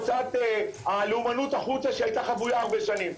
של הוצאת הלאומנות החוצה שהיתה חבויה הרבה שנים.